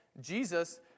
jesus